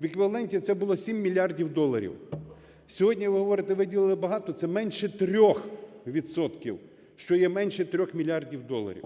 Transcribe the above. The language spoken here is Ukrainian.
В еквіваленті це було 7 мільярдів доларів. Сьогодні, ви говорите, виділили багато, це менше 3 відсотків, що є менше 3 мільярдів доларів.